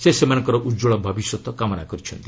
ସେ ସେମାନଙ୍କର ଉଜ୍ଜ୍ୱଳ ଭବିଷ୍ୟତ କାମନା କରିଛନ୍ତି